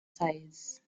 size